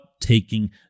taking